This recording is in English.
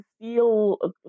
feel